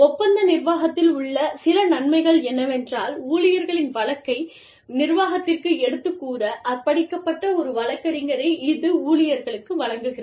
ஒப்பந்த நிர்வாகத்தில் உள்ள சில நன்மைகள் என்னவென்றால் ஊழியர்களின் வழக்கை நிர்வாகத்திற்கு எடுத்துக்கூற அர்ப்பணிக்கப்பட்ட ஒரு வழக்கறிஞரை இது ஊழியர்களுக்கு வழங்குகிறது